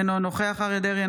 אינו נוכח אריה מכלוף דרעי,